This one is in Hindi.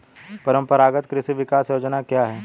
परंपरागत कृषि विकास योजना क्या है?